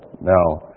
Now